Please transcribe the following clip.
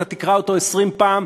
אתה תקרא אותו 20 פעם,